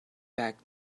back